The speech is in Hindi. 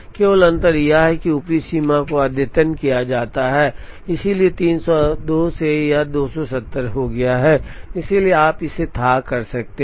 केवल अंतर यह है कि ऊपरी सीमा को अद्यतन किया गया है इसलिए 302 से यह 270 हो गया है इसलिए आप इसे थाह कर सकते हैं